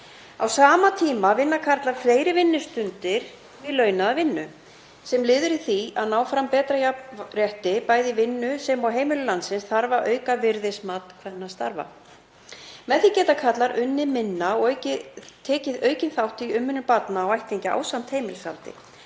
Á sama tíma vinna karlar fleiri vinnustundir í launaðri vinnu. Sem liður í því að ná fram betra jafnrétti, bæði í vinnu sem og á heimilum landsins, þarf að auka virðismat kvennastarfa. Með því geta karlar unnið minna og tekið aukinn þátt í umönnun barna og ættingja ásamt heimilishaldi.